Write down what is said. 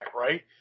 right